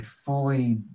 fully